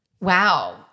wow